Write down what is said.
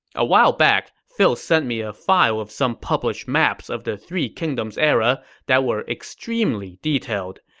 a while back, phil sent me a file of some published maps of the three kingdoms era that were extremely detailed.